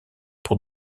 pour